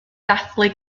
dathlu